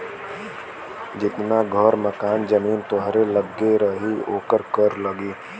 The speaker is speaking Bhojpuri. जितना घर मकान जमीन तोहरे लग्गे रही ओकर कर लगी